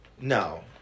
No